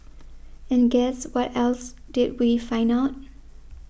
and guess what else did we find out